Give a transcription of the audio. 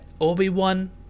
obi-wan